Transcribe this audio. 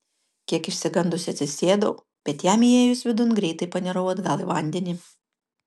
kiek išsigandusi atsisėdau bet jam įėjus vidun greitai panirau atgal į vandenį